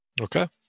Okay